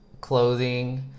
clothing